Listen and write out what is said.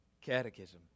catechism